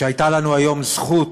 שהייתה לנו היום זכות,